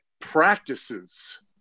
practices